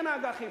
קנה אג"חים.